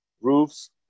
roofs